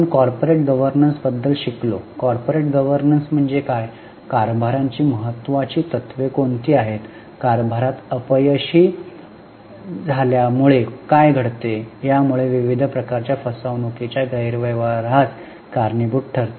आपण corporate governance बद्दल शिकलो कॉर्पोरेट गव्हर्नन्स म्हणजे काय कारभाराची महत्त्वाची तत्त्वे कोणती आहेत कारभारात अपयशी झाल्यामुळे काय घडते यामुळे विविध प्रकारच्या फसवणूकीच्या गैरव्यवहारास कारणीभूत ठरते